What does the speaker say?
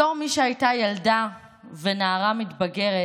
בתור מי שהייתה ילדה ונערה מתבגרת